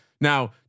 Now